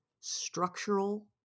structural